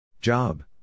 Job